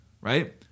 right